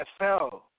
NFL